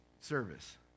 service